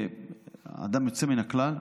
אדם יוצא מן הכלל.